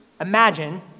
imagine